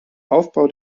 aufbau